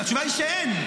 התשובה היא שאין.